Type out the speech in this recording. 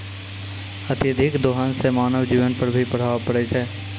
अत्यधिक दोहन सें मानव जीवन पर भी प्रभाव परै छै